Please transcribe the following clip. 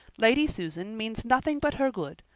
lady susan means nothing but her good,